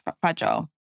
fragile